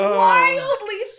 wildly